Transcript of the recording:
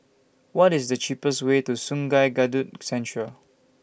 What IS The cheapest Way to Sungei Kadut Central